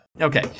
Okay